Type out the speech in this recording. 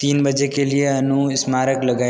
तीन बजे के लिए अनुस्मारक लगाएँ